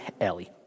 Ellie